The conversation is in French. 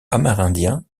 amérindiens